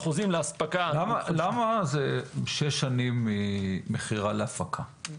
למה זה שש שנים ממכירה להפקה?